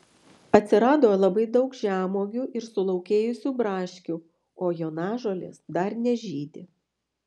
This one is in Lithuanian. atsirado labai daug žemuogių ir sulaukėjusių braškių o jonažolės dar nežydi